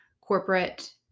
corporate